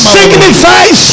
signifies